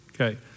Okay